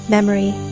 Memory